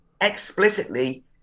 explicitly